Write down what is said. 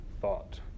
thought